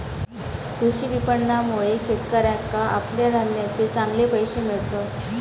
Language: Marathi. कृषी विपणनामुळे शेतकऱ्याका आपल्या धान्याचे चांगले पैशे मिळतत